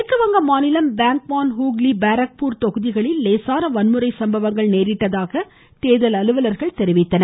மேற்குவங்க மாநிலம் பேங்வான் ஹுக்ளி பாரக்பூர் தொகுதிகளிலும் லேசான வன்முறை சம்பவங்கள் நேரிட்டதாக தேர்தல் அலுவலர்கள் தெரிவித்தனர்